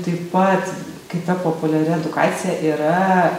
taip pat kita populiari edukacija yra